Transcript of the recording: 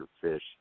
fish